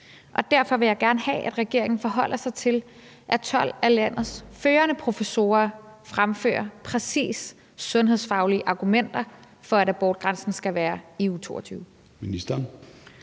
derfor vil jeg gerne have, at regeringen forholder sig til, at 12 af landets førende professorer præcis fremfører sundhedsfaglige argumenter for, at abortgrænsen skal være i uge